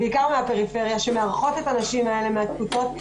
בעיקר מהפריפריה שמארחות את הנשים האלה מהתפוצות,